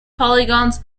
polygons